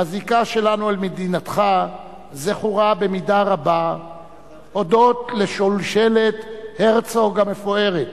הזיקה שלנו למדינתך זכורה במידה רבה הודות לשושלת הרצוג המפוארת,